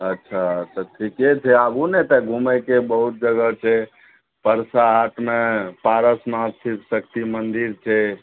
अच्छा तऽ ठीके छै आबू ने एतऽ घुमैके बहुत जगह छै परसा हाटमे पारसनाथ शिबशक्ति मन्दिर छै